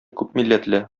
күпмилләтле